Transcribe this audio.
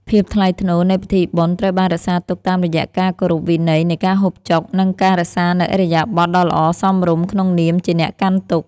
ភាពថ្លៃថ្នូរនៃពិធីបុណ្យត្រូវបានរក្សាទុកតាមរយៈការគោរពវិន័យនៃការហូបចុក និងការរក្សានូវឥរិយាបថដ៏ល្អសមរម្យក្នុងនាមជាអ្នកកាន់ទុក្ខ។